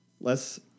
less